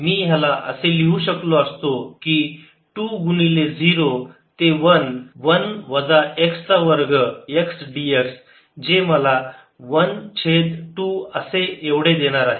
मी याला असे लिहू शकलो असतो की 2 गुणिले 0 ते 1 1 वजा x चा वर्ग x dx जे मला 1 छेद 2 एवढे देणार आहे